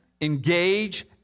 engage